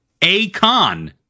akon